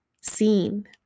seen